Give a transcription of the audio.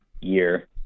year